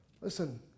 Listen